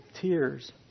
tears